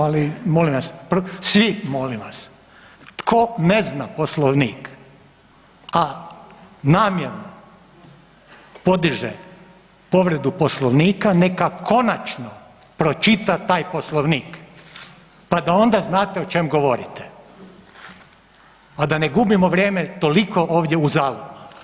Ali molim vas svi, molim vas tko ne zna Poslovnik, a namjerno podiže povredu Poslovnika neka konačno pročita taj Poslovnik pa da onda znate o čemu govorite, a da ne gubimo vrijeme toliko ovdje uzalud.